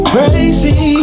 Crazy